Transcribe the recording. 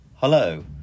Hello